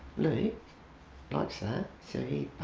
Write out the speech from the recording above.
luke likes that so he